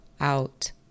out